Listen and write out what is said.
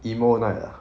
emo night ah